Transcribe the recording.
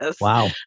Wow